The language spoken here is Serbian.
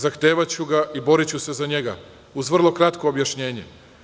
Zahtevaću ga i boriću se za njega uz vrlo kratko objašnjenje.